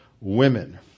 women